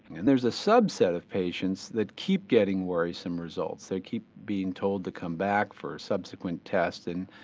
and there is a subset of patients that keep getting worrisome results, they keep being told to come back for subsequent testing.